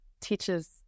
teaches